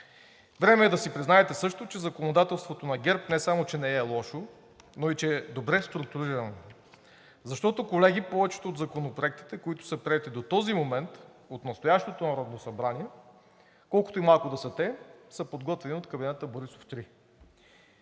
Време е да си признаете също, че законодателството на ГЕРБ не само че не е лошо, но и че е добре структурирано. Защото, колеги, повечето от законопроектите, които са приети до този момент от настоящото Народно събрание, колкото и малко да са те, са подготвени от кабинета Борисов 3.